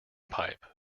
pipe